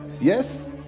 yes